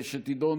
שתידון